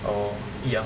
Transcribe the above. oh ya